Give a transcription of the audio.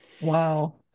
Wow